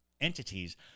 entities